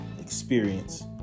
experience